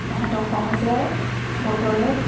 তেহেঁতক সহজে বতৰে